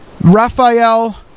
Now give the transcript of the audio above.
Raphael